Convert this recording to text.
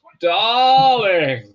Darling